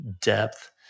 depth